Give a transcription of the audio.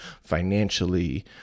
financially